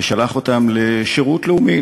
ושלח אותן לשירות לאומי,